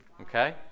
Okay